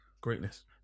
greatness